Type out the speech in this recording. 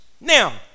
now